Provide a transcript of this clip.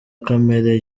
kamere